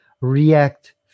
react